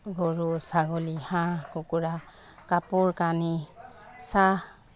গৰু ছাগলী হাঁহ কুকুৰা কাপোৰ কানি চাহ